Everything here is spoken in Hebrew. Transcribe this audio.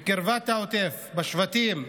בקרבת העוטף, בשבטים,